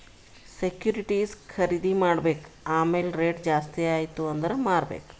securities ಖರ್ದಿ ಮಾಡ್ಬೇಕ್ ಆಮ್ಯಾಲ್ ರೇಟ್ ಜಾಸ್ತಿ ಆಯ್ತ ಅಂದುರ್ ಮಾರ್ಬೆಕ್